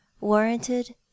warranted